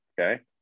Okay